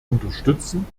unterstützen